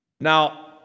Now